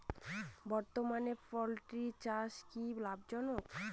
বর্তমানে পোলট্রি চাষ কি লাভজনক?